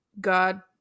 god